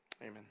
Amen